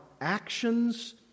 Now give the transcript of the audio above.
actions